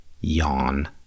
Yawn